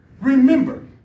Remember